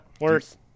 worse